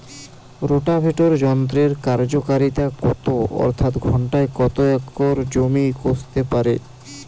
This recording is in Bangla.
রোটাভেটর যন্ত্রের কার্যকারিতা কত অর্থাৎ ঘণ্টায় কত একর জমি কষতে পারে?